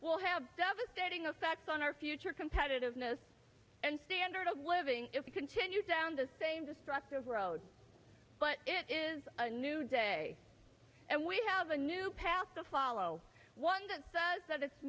will have devastating effect on our future competitiveness and standard of living if we continue down the same destructive road but it is a new day and we have a new path to follow one that says that it's